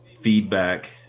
feedback